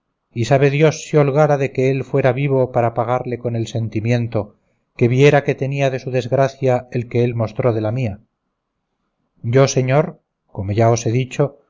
y sabe dios si holgara de que él fuera vivo para pagarle con el sentimiento que viera que tenía de su desgracia el que él mostró de la mía yo señor como ya os he dicho